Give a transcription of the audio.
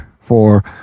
for